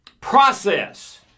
process